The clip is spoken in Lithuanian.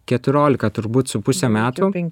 keturiolika turbūt su puse metų